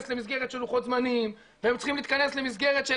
למסגרת של לוחות זמנים והם צריכים להתכנס למסגרת של